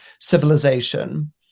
civilization